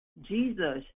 Jesus